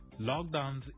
lockdowns